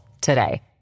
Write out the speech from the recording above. today